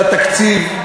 של התקציב,